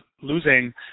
losing